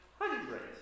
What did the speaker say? hundreds